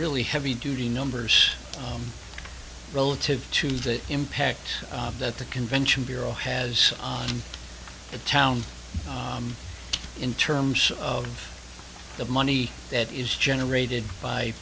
really heavy duty numbers relative to the impact that the convention bureau has on the town in terms of the money that is generated by